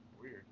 Weird